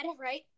right